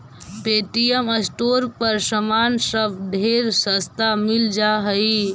Paytm store पर समान सब ढेर सस्ता मिल जा हई